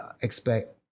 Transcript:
expect